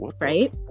right